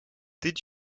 did